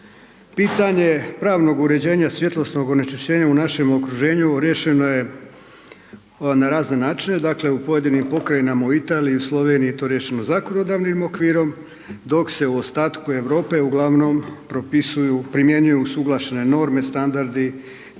Pitanje pravnog uređenja svjetlosnog onečišćenja u našem okruženju riješeno je na razne načine, dakle u pojedinim pokrajinama u Italiji, u Sloveniji je to riješeno zakonodavnim okvirom, dok se u ostatku Europe propisuju, primjenjuju usuglašene norme, standardi,